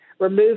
remove